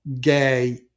Gay